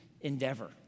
endeavor